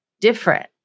different